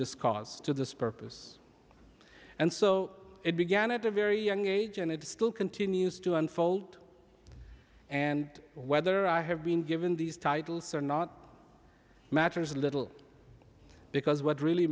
this cause to this purpose and so it began at a very young age and it still continues to unfold and whether i have been given these titles or not matters little because what really